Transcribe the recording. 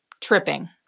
tripping